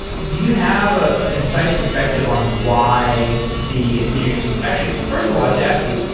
do you have a ah concise perspective on why the ethereum actually, first of all, i should ask you,